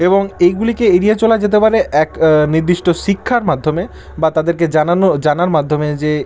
এবং এইগুলিকে এড়িয়ে চলা যেতে পারে এক নির্দিষ্ট শিক্ষার মাধ্যমে বা তাদেরকে জানানো জানার মাধ্যমে যে